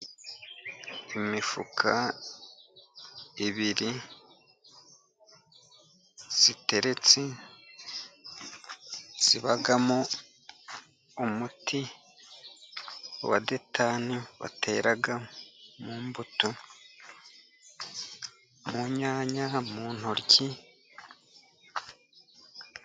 Imifuka ibiri iteretse, ibamo umuti wa detani batera mu mbuto, mu nyanya, mu ntoki.